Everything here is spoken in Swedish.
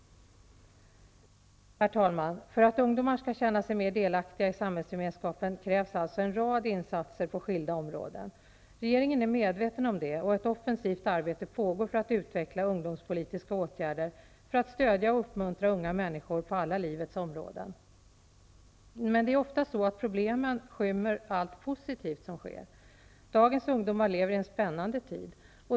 Herr talman! För att ungdomar skall känna sig mer delaktiga i samhällsgemenskapen krävs alltså en rad insatser på skilda områden. Regeringen är medveten om detta, och ett offensivt arbete pågår för att utveckla ungdomspolitiska åtgärder för att stödja och uppmuntra unga människor på alla livets områden. Det är ofta så att problemen skymmer allt positivt som sker. Dagens ungdomar lever i en spännande tid.